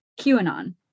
QAnon